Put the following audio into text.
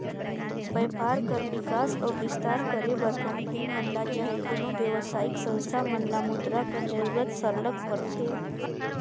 बयपार कर बिकास अउ बिस्तार करे बर कंपनी मन ल चहे कोनो बेवसायिक संस्था मन ल मुद्रा कर जरूरत सरलग परथे